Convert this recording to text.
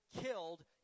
killed